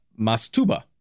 Mastuba